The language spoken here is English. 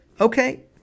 Okay